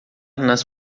nas